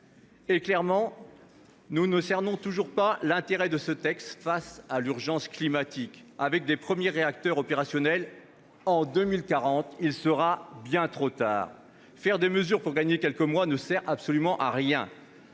Clairement, nous ne cernons toujours pas l'intérêt de ce texte face à l'urgence climatique. En effet, avec de premiers réacteurs opérationnels en 2040, il sera déjà bien trop tard ! Prendre des mesures pour gagner quelques mois ne sert absolument à rien.